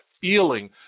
feeling